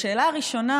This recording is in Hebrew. בשאלה הראשונה,